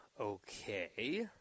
Okay